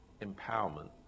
empowerment